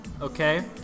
Okay